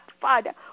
Father